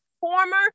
Former